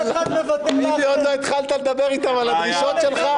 כל אחד מוותר לעצמו --- עוד לא התחלת לדבר איתם על הדרישות שלך,